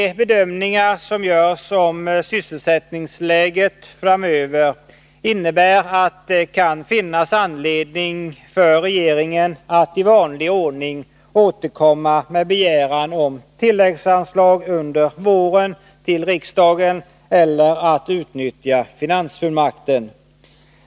De bedömningar som görs om sysselsättningsläget framöver innebär att det kan finnas anledning för regeringen att i vanlig ordning återkomma till riksdagen under våren med begäran om tilläggsanslag eller att utnyttja finansfullmakten.